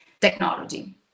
technology